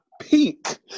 Peak